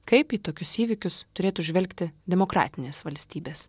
kaip į tokius įvykius turėtų žvelgti demokratinės valstybės